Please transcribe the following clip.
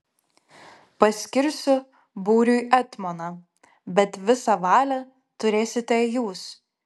paskirsiu būriui etmoną bet visą valią turėsite jūs